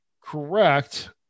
Correct